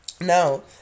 Now